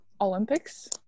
Olympics